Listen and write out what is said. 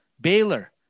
Baylor